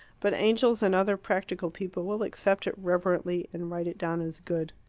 but angels and other practical people will accept it reverently, and write it down as good.